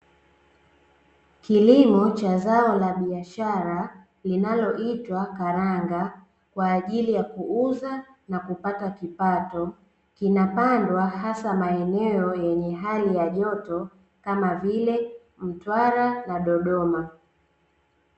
Kilimo cha zao la biashara linaloitwa karanga kwa ajili ya kuuza na kupata kipato, kinapandwa hasa maeneo yenye hali ya joto kama vile mtwara na dodoma .